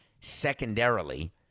Secondarily